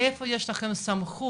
מאיפה יש לכם סמכות,